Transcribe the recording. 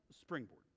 springboard